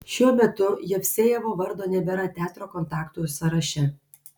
šiuo metu jevsejevo vardo nebėra teatro kontaktų sąraše